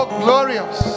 glorious